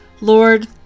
Lord